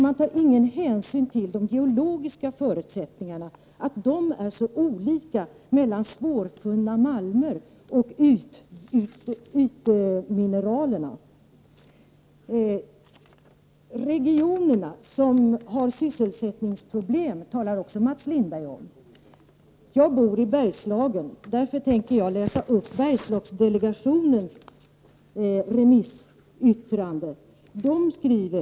Man tar ingen hänsyn till att de geologiska förutsättningarna är så olika när det gäller å ena sidan svårfunna malmer och å andra sidan ytmineralerna. Mats Lindberg talar också om regioner som har sysselsättningsproblem. Jag bor i Bergslagen. Därför vill jag hänvisa till Bergslagsdelegationens remissyttrande. I Bergslagen pågår mineraljakten, och man är mycket mån om nya fyndigheter som kan brytas. Bergslagsdelegationen påpekar att företag och enskilda prospektörer skall finna det meningsfullt att lägga ned tid och pengar på undersökningsarbeten.